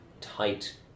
tight